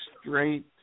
straight